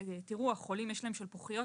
לחולים יש שלפוחיות,